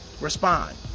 respond